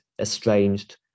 estranged